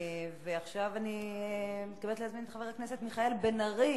עכשיו אני מתכוונת להזמין את חבר הכנסת מיכאל בן-ארי